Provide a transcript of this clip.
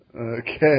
Okay